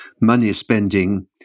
money-spending